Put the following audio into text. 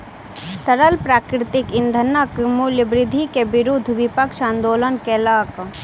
तरल प्राकृतिक ईंधनक मूल्य वृद्धि के विरुद्ध विपक्ष आंदोलन केलक